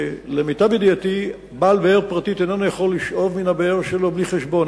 שלמיטב ידיעתי בעל באר פרטית איננו יכול לשאוב מן הבאר שלו בלי חשבון,